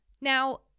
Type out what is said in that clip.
Now